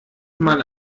mal